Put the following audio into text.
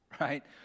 right